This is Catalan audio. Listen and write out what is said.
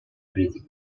crítica